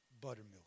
buttermilk